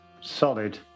Solid